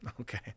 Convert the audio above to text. Okay